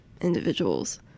individuals